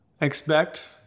Expect